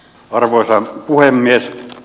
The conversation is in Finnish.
arvoisa puhemies